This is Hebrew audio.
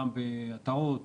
גם בעטרות,